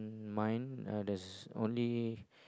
mine uh there is only